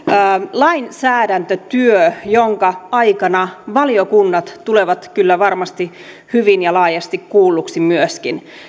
lainsäädäntötyö jonka aikana valiokunnat tulevat kyllä varmasti hyvin ja laajasti kuulluksi myöskin